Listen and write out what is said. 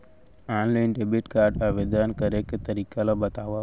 Online debit card आवेदन करे के तरीका ल बतावव?